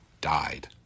died